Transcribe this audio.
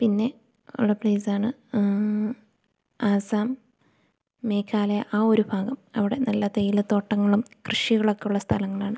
പിന്നെ ഉള്ള പ്ലേസാണ് ആസാം മേഘാലയ ആ ഒരു ഭാഗം അവിടെ നല്ല തേയിലത്തോട്ടങ്ങളും കൃഷികളൊക്കെ ഉള്ള സ്ഥലങ്ങളാണ്